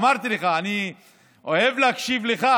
אמרתי לך, אני אוהב להקשיב לך.